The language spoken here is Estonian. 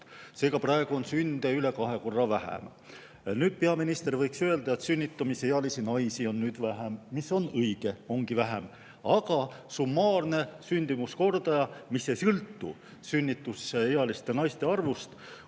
Seega, praegu on sünde üle kahe korra vähem. Nüüd peaminister võiks öelda, et sünnitusealisi naisi on vähem, mis on õige, ongi vähem. Aga summaarne sündimuskordaja, mis ei sõltu sünnitusealiste naiste arvust,